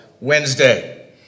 Wednesday